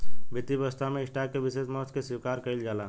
वित्तीय व्यवस्था में स्टॉक के विशेष महत्व के स्वीकार कईल जाला